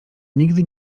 nigdy